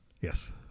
Yes